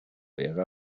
era